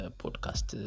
podcast